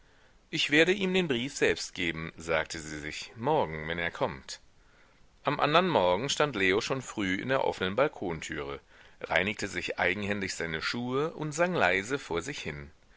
ich werde ihm den brief selbst geben sagte sie sich morgen wenn er kommt am andern morgen stand leo schon früh in der offnen balkontüre reinigte sich eigenhändig seine schuhe und sang leise vor sich hin